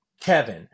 Kevin